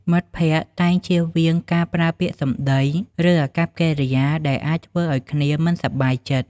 មិត្តភក្តិតែងជៀសវាងការប្រើពាក្យសម្ដី ឬអាកប្បកិរិយាដែលអាចធ្វើឲ្យគ្នាមិនសប្បាយចិត្ត។